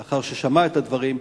לאחר ששמע את הדברים,